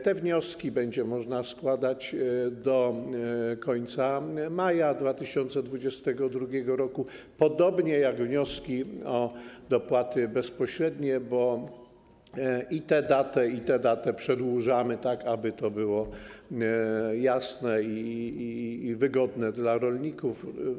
Te wnioski będzie można składać do końca maja 2022 r., podobnie jak wnioski o dopłaty bezpośrednie, bo i tę datę, i tę datę przedłużamy, tak aby to było jasne i wygodne dla rolników.